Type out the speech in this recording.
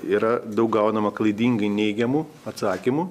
yra daug gaunama klaidingai neigiamų atsakymų